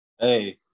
Hey